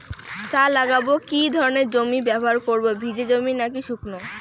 চা লাগাবো কি ধরনের জমি ব্যবহার করব ভিজে জমি নাকি শুকনো?